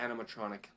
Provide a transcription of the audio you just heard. animatronic